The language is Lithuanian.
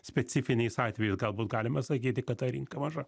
specifiniais atvejais galbūt galima sakyti kad ta rinka maža